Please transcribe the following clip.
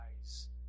eyes